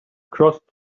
crossed